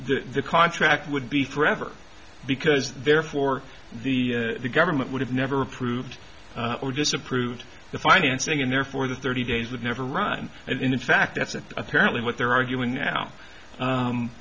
the contract would be forever because therefore the government would have never approved or disapproved the financing and therefore the thirty days would never run and in fact that's apparently what they're arguing now